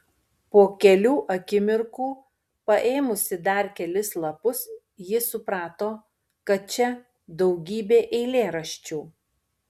po kelių akimirkų paėmusi dar kelis lapus ji suprato kad čia daugybė eilėraščių